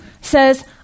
says